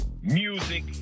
music